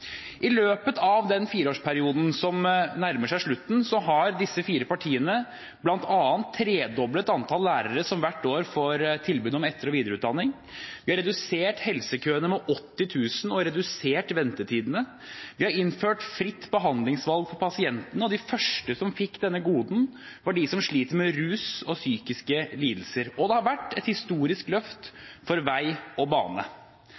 I løpet av den fireårsperioden som nå nærmer seg slutten, har disse fire partiene bl.a. tredoblet antall lærere som hvert år får tilbud om etter- og videreutdanning. De har redusert helsekøene med 80 000 og redusert ventetidene. De har innført fritt behandlingsvalg for pasientene, og de første som fikk ta del i dette godet, var de som sliter med rus og psykiske lidelser. Det har vært et historisk løft for vei og bane.